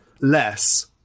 less